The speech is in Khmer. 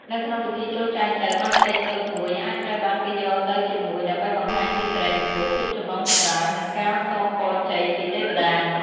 នៅក្នុងពិធីចូលចែចូវ បាយសីតូចមួយអាចត្រូវបានគេយកទៅជាមួយ ដើម្បីបង្ហាញពី សិរីមង្គល ភាពចម្រុងចម្រើន និងការសូមពរជ័យពីទេវតា។